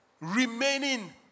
Remaining